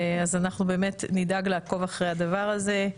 אז אנחנו באמת נדאג לעקוב אחרי הדבר הזה.